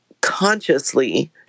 consciously